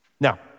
Now